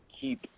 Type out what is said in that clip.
keep